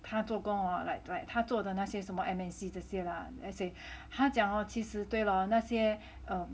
他做工哦 like like 他做的那些什么 M_N_C 这些 lah as in 他讲哦其实对了那些 err